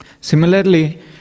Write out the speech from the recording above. Similarly